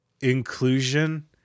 inclusion